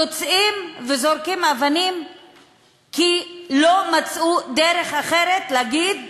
יוצאים וזורקים אבנים כי לא מצאו דרך אחרת להגיד,